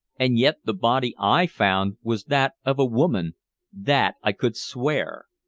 and yet the body i found was that of a woman that i could swear.